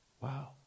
Wow